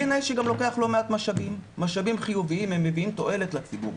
DNA שגם לוקח לא מעט משאבים משאבים חיוביים שמביאים תועלת לציבור.